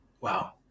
Wow